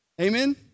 Amen